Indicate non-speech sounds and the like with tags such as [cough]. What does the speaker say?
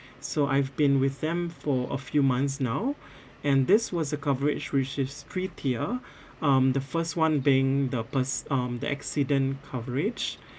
so I've been with them for a few months now [breath] and this was a coverage which is prettier [breath] um the first one being the pers~ um the accident coverage